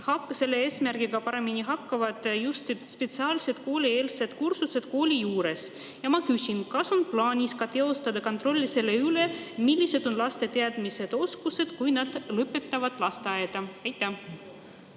selle eesmärgiga paremini haakuvad just spetsiaalselt koolieelsed kursused kooli juures. Ma küsin: kas on plaanis ka teostada kontrolli selle üle, millised on laste teadmised ja oskused, kui nad lõpetavad lasteaia? Aitäh!